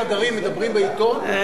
חבר הכנסת שנלר,